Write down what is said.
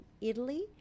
italy